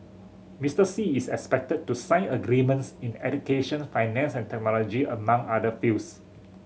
Mister Xi is expected to sign agreements in education finance and technology among other fields